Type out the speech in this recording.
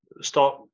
start